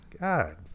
God